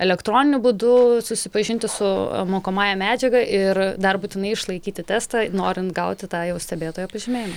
elektroniniu būdu susipažinti su mokomąja medžiaga ir dar būtinai išlaikyti testą norint gauti tą jau stebėtojo pažymėjimą